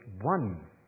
one